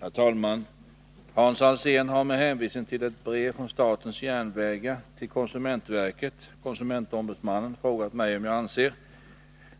Herr talman! Hans Alsén har med hänvisning till ett brev från statens järnvägar till konsumentverket-konsumentombudsmannen frågat mig om jag anser